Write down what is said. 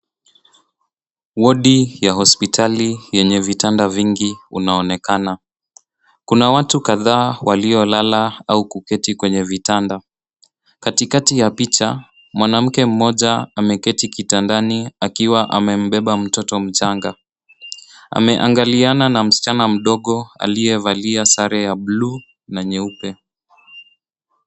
Wodi ya hospitali yenye vitanda vingi unaonekana. Kuna watu kadhaa waliolala au kuketi kwenye vitanda. Katikati ya picha, mwanamke mmoja ameketi kitandani akiwa amembeba mtoto mchanga. Ameangaliana na msichana mdogo aliyevalia sare ya buluu na nyeupe.